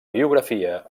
biografia